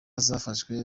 zafashwe